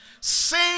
sing